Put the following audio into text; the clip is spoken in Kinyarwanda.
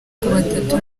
batatu